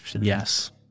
Yes